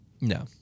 no